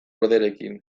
orderekin